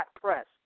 press